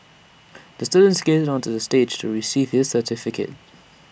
the student skated onto the stage to receive his certificate